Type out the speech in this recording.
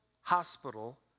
hospital